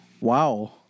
Wow